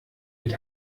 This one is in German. mit